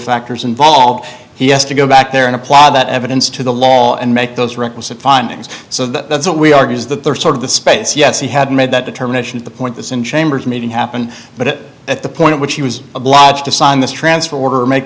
factors involved he has to go back there and apply that evidence to the law and make those requisite findings so that's what we argue is that there are sort of the space yes he had made that determination at the point this in chambers meeting happened but it at the point at which he was obliged to sign this transfer order make